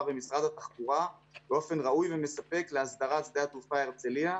ומשרד התחבורה באופן ראוי ומספק להסדרת שדה התעופה הרצליה,